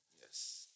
Yes